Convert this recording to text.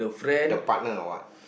the partner or what